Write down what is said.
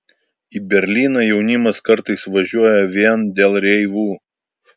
į berlyną jaunimas kartais važiuoja vien dėl reivų